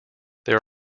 there